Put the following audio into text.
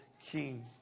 King